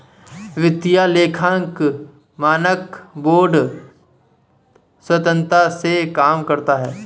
वित्तीय लेखांकन मानक बोर्ड स्वतंत्रता से काम करता है